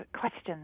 questions